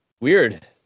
weird